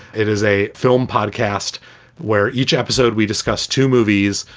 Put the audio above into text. it is a film podcast where each episode we discuss two movies.